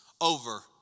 over